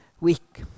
week